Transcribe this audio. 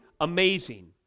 amazing